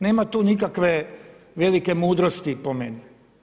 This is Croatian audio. Nema tu nikakve velike mudrosti, po meni.